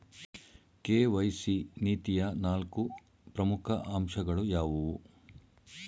KYC ನೀತಿಯ ನಾಲ್ಕು ಪ್ರಮುಖ ಅಂಶಗಳು ಯಾವುವು?